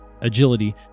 agility